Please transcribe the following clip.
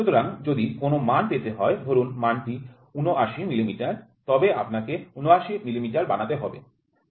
সুতরাং যদি কোনও মান পেতে হয় ধরুন মানটি ৭৯০০ মিলিমিটার তবে আপনাকে ৭৯০০ মিলিমিটার বানাতে হবে তবে আমরা কী করব